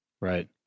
right